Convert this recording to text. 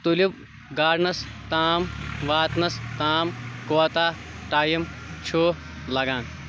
tulip gardens تام واتنس تام کوٗتاہ ٹایم چُھ لگان